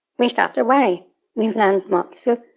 we start to worry we've learned motsu,